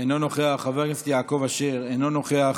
אינה נוכחת, חבר הכנסת עודד פורר, אינו נוכח,